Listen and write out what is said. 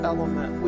Element